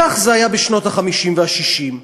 כך זה היה בשנות ה-50 וה-60.